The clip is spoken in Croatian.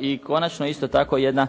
I konačno isto tako jedna